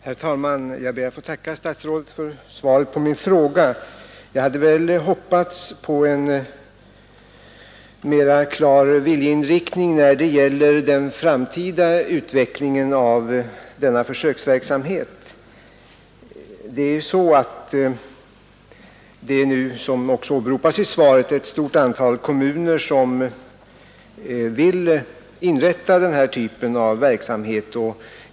Herr talman! Jag ber att få tacka statsrådet för svaret på min fråga, även om jag hade hoppats på en mera klart uttalad viljeinriktning när det gäller den framtida utvecklingen av den försöksverksamhet som det här gäller. Som framgår av svaret vill ett stort antal kommuner starta denna typ av verksamhet.